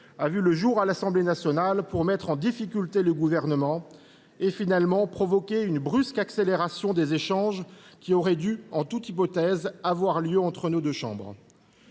a vu le jour à l’Assemblée nationale pour mettre en difficulté le Gouvernement et, finalement, provoquer une brusque accélération des échanges qui auraient dû, en toute hypothèse, avoir lieu entre nos deux chambres.